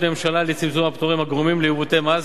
הממשלה לצמצום הפטורים הגורמים לעיוותי מס.